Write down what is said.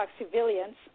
civilians